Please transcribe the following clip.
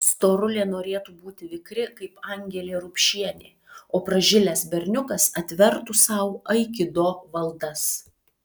storulė norėtų būti vikri kaip angelė rupšienė o pražilęs berniukas atvertų sau aikido valdas